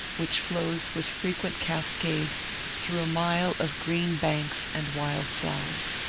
which flows with frequent cascades through a mile of green banks and wild flowers.